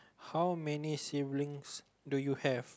how many siblings do you have